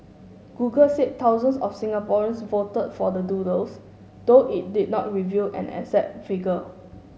google said thousands of Singaporeans voted for the doodles though it did not reveal an exact figure